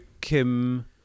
Kim